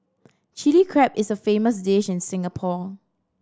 Chilli Crab is a famous dish in Singapore